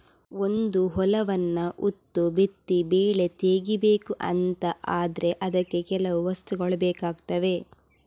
ಒಂದು ಹೊಲವನ್ನ ಉತ್ತು ಬಿತ್ತಿ ಬೆಳೆ ತೆಗೀಬೇಕು ಅಂತ ಆದ್ರೆ ಅದಕ್ಕೆ ಕೆಲವು ವಸ್ತುಗಳು ಬೇಕಾಗ್ತವೆ